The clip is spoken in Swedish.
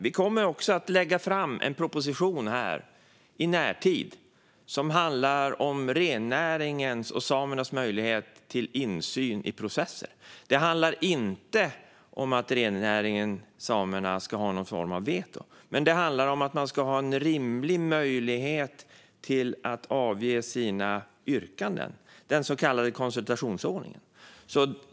Vi kommer också att lägga fram en proposition i närtid som handlar om rennäringens och samernas möjlighet till insyn i processer. Det handlar inte om att rennäringen och samerna ska ha någon form av veto, men det handlar om att man ska ha en rimlig möjlighet att avge sina yrkanden, den så kallade konsultationsordningen.